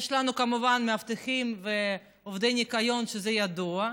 יש לנו כמובן מאבטחים ועובדי ניקיון, שזה ידוע,